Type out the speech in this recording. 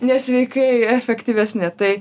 nesveikai efektyvesni tai